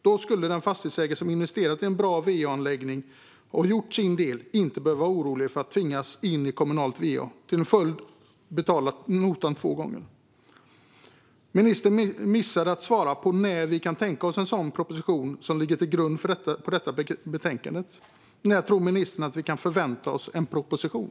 Då skulle den fastighetsägare som har investerat i en bra va-anläggning och som har gjort sin del inte behöva vara orolig för att tvingas in i kommunalt va och få betala notan två gånger. Ministern missade att svara på när det kan tänkas komma en proposition som har sin grund i detta betänkande. När tror ministern att vi kan förvänta oss en proposition?